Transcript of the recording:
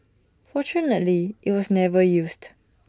fortunately IT was never used